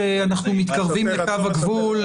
כשאנחנו מתקרבים לקו הגבול,